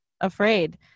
afraid